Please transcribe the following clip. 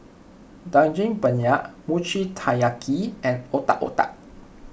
Daging Penyet Mochi Taiyaki and Otak Otak